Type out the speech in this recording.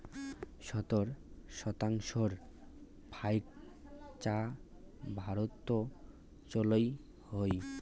সত্তর শতাংশর ফাইক চা ভারতত চইল হই